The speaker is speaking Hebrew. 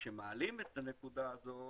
כשמעלים את הנקודה הזאת,